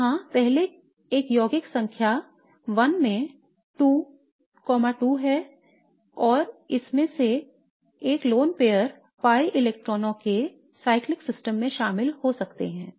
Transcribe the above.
तो यहां पहले एक यौगिक संख्या I में 2 2 हैं और इनमें से एक लोन पेयर pi इलेक्ट्रॉनों के चक्रीय प्रणाली में शामिल हो सकते हैं